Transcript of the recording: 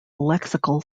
lexical